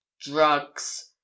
drugs